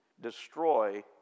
destroy